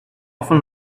often